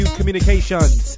Communications